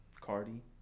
Cardi